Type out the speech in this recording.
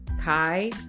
Kai